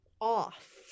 off